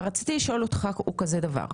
רציתי לשאול אותך כזה דבר,